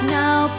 now